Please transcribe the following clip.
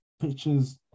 Pictures